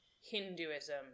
Hinduism